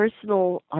personal